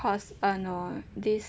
course uh no this